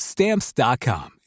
Stamps.com